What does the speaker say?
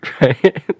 Right